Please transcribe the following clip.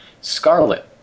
Scarlet